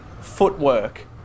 footwork